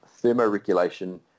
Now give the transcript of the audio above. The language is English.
thermoregulation